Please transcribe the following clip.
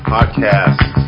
Podcast